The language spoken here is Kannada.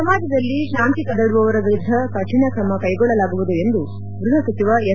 ಸಮಾಜದಲ್ಲಿ ಶಾಂತಿ ಕದಡುವವರ ವಿರುದ್ದ ಕಠಿಣ ಕ್ರಮ ಕೈಗೊಳ್ಳಲಾಗುವುದು ಎಂದು ಗೃಹ ಸಚಿವ ಎಂ